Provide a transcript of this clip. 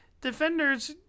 defenders